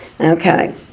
Okay